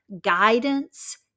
guidance